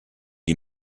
die